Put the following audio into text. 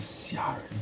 虾仁